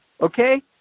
okay